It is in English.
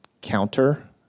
counter